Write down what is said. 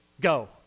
Go